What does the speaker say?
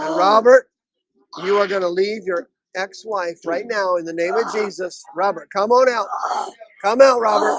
ah robert you are gonna leave your ex-wife right now in the name of jesus robert come out out ah come out rama